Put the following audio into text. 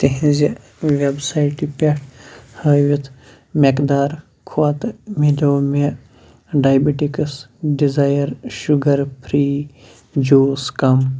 تِہِنٛزِ وٮ۪ب سایٹہِ پٮ۪ٹھ ہٲوِتھ مٮ۪قدار کھۄتہٕ میلیو مےٚ diabetics desire sugar free juice کَم